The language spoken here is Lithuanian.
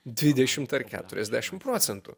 dvidešimt ar keturiasdešimt procentų